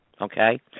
Okay